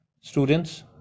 students